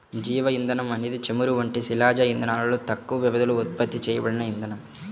జీవ ఇంధనం అనేది చమురు వంటి శిలాజ ఇంధనాలలో తక్కువ వ్యవధిలో ఉత్పత్తి చేయబడిన ఇంధనం